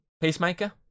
Peacemaker